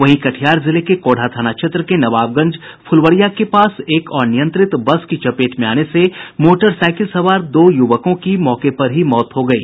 वहीं कटिहार जिले के कोढ़ा थाना क्षेत्र के नवाबगंज फुलवरिया के पास एक अनियंत्रित बस की चपेट में आने से मोटरसाइकिल सवार दो यूवकों की मौके पर ही मौत हो गयी